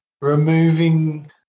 removing